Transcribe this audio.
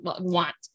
want